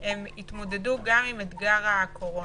הם התמודדו גם עם אתגר הקורונה.